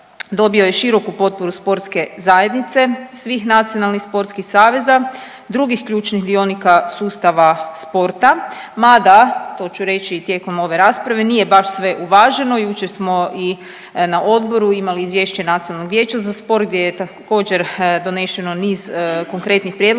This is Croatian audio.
dobio je široku potporu sportske zajednice, svih nacionalnih sportskih saveza, drugih ključnih dionika sustava sporta, mada to ću reći i tijekom ove rasprave nije baš sve uvaženo, jučer smo i na odboru imali izvješće Nacionalnog vijeća za sport gdje je također donešeno niz konkretnih prijedloga,